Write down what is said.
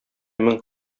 мең